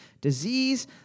disease